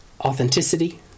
authenticity